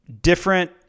different